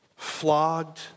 flogged